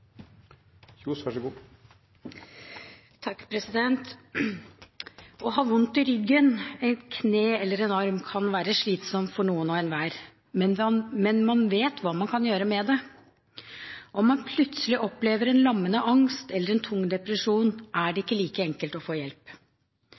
Å ha vondt i ryggen, et kne eller en arm kan være slitsomt for noen hver. Men man vet hva man kan gjøre med det. Om man plutselig opplever en lammende angst eller en tung depresjon, er det